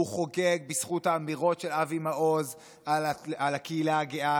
הוא חוגג בזכות האמירות של אבי מעוז על הקהילה הגאה.